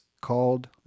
called